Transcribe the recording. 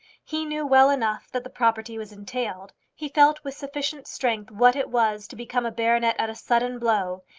he knew well enough that the property was entailed. he felt with sufficient strength what it was to become a baronet at a sudden blow,